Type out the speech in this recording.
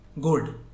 good